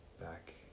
back